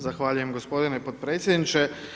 Zahvaljujem gospodine podpredsjedniče.